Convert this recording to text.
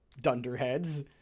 Dunderheads